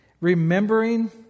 Remembering